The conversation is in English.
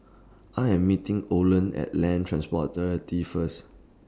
I Am meeting Olen At Land Transport Authority First